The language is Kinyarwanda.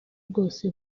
bwose